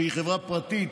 שהיא חברה פרטית